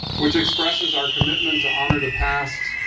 which expresses our commitment to honor the past,